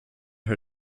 her